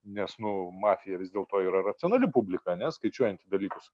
nes nu mafija vis dėlto yra racionali publika ar ne skaičiuojanti dalykus